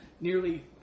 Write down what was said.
Nearly